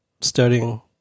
studying